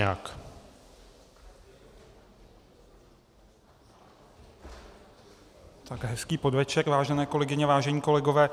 Tak hezký podvečer, vážené kolegyně, vážení kolegové.